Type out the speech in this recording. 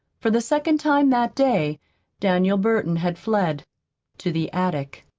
for the second time that day daniel burton had fled to the attic.